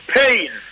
pain